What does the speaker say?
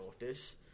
notice